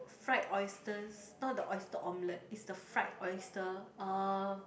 fried oysters not the oyster omelette is the fried oyster uh